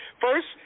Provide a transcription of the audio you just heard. First